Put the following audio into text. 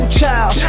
child